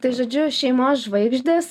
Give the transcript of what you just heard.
tai žodžiu šeimos žvaigždės